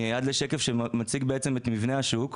עד לשקף שמציג את מבנה השוק,